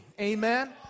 Amen